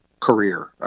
career